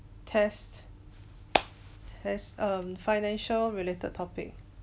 test test um financial related topic